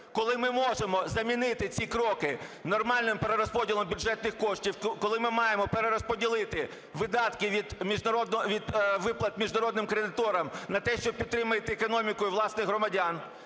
коли ми можемо замінити ці кроки нормальним перерозподілом бюджетних коштів, коли ми маємо перерозподілити видатки від виплат міжнародним кредиторам на те, щоб підтримати економіку і власних громадян,